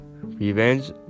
Revenge